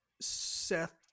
seth